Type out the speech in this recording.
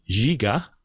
Giga